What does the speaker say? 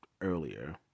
earlier